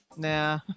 Nah